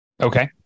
Okay